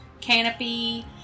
Canopy